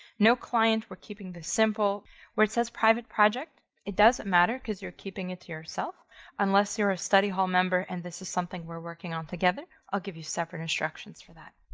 no client. we're keeping this simple where it says private project, it doesn't matter cause you're keeping it to yourself unless you're a study hall member and this is something we're working on together. i'll give you separate instructions for that.